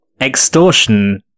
extortion